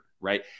Right